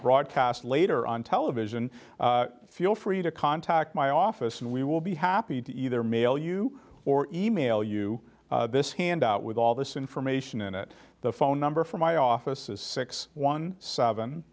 broadcast later on television feel free to contact my office and we will be happy to either mail you or e mail you this handout with all this information in it the phone number for my office is six one seven